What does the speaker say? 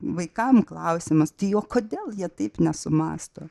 vaikam klausimas tai o kodėl jie taip nesumąsto